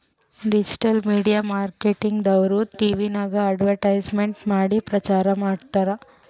digital media marketing ದವ್ರು ಟಿವಿನಾಗ್ advertisement ಮಾಡಿ ಪ್ರಚಾರ್ ಮಾಡ್ತಾರ್